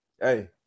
hey